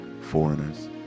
foreigners